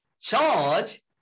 charge